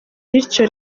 bityo